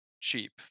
cheap